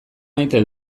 maite